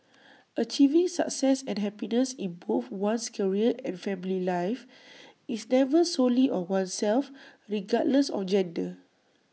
achieving success and happiness in both one's career and family life is never solely on oneself regardless of gender